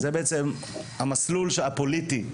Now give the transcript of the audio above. זהו המסלול הפוליטי.